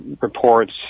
reports